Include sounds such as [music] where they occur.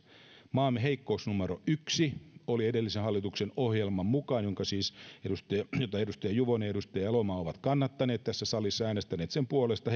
maamme heikkous numero yksi oli edellisen hallituksen ohjelman mukaan jota siis edustaja juvonen ja edustaja elomaa ovat kannattaneet tässä salissa äänestäneet sen puolesta [unintelligible]